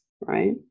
right